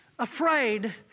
Afraid